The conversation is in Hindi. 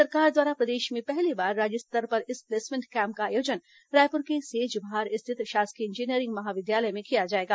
राज्य सरकार द्वारा प्रदेश में पहली बार राज्य स्तर पर इस प्लेसमेंट कैंप का आयोजन रायपुर के सेजबहार स्थित शासकीय इंजीनियरिंग महाविद्यालय में किया जाएगा